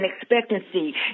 expectancy